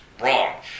wrong